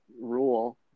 rule